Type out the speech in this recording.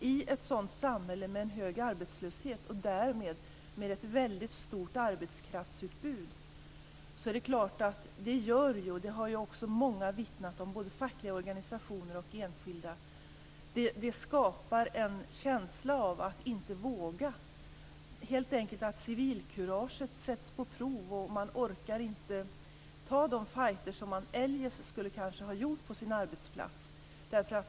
I ett samhälle med en hög arbetslöshet, och därmed med ett väldigt stort arbetskraftsutbud, är det klart - det har många vittnat om, både fackliga organisationer och enskilda - att det skapas en känsla av att inte våga. Civilkuraget sätts på prov helt enkelt, och man orkar inte ta de fighter som man eljest kanske skulle ha gjort på sin arbetsplats.